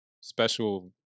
special